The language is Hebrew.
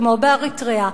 כמו באריתריאה,